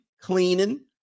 cleaning